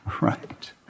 right